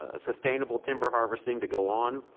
ah sustainable timber harvesting to go on.